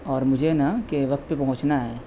اور مجھے نہ کہ وقت پر پہنچنا ہے